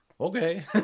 okay